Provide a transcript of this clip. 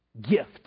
Gift